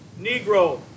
Negro